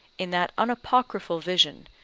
in that unapocryphal vision,